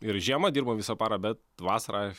ir žiemą dirbo visą parą bet vasarą